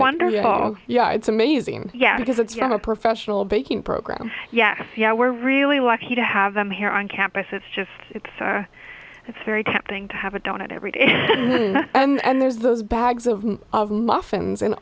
wonderfalls yeah it's amazing yeah because you have a professional baking program yes yeah we're really lucky to have them here on campus it's just it's it's very tempting to have a donut every day and there's those bags of muffins and